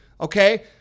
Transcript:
okay